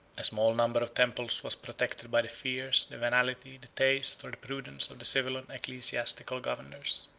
a small number of temples was protected by the fears, the venality, the taste, or the prudence, of the civil and ecclesiastical governors.